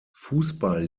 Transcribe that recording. fußball